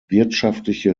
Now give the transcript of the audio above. wirtschaftliche